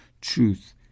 truth